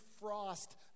frost